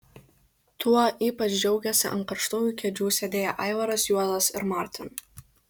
tuo ypač džiaugėsi ant karštųjų kėdžių sėdėję aivaras juozas ir martin